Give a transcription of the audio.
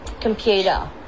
computer